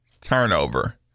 turnover